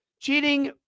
Cheating